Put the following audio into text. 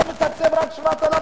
אתה מתקצב רק 7,000?